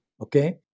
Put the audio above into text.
okay